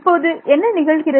இப்போது என்ன நிகழ்கிறது